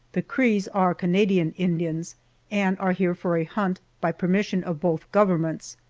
the crees are canadian indians and are here for a hunt, by permission of both governments.